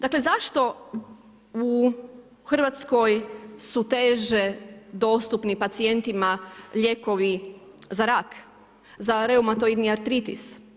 Dakle zašto u Hrvatskoj su teže dostupni pacijentima lijekovi za rak, za reumatoidni artritis?